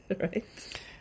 Right